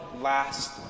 last